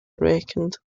reckoned